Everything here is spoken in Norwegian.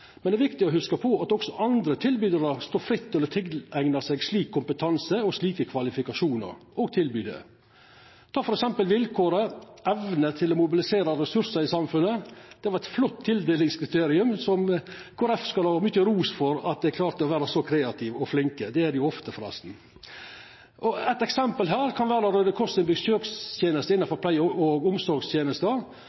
Men det er viktig å hugsa på at også andre tilbydarar står fritt til å tileigna seg slik kompetanse og slike kvalifikasjonar – og tilby det. Ta f.eks. vilkåret «evne til å mobilisera ressursar i samfunnet.» Det er eit flott tildelingskriterium – Kristeleg Folkeparti skal ha mykje ros for at dei klarte å vera så kreative og flinke – det er dei ofte, forresten. Eit eksempel her kan vera Røde Kors si besøkstenest i pleie- og omsorgstenesta. Å knyta til seg ein